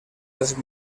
dels